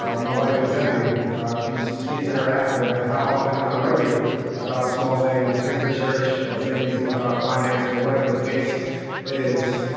um my wife can tell you, you, if you speak to her after, how often i worry about small things. things at the church or things with our finances or whatever the case is.